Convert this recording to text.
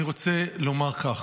אני רוצה לומר כך.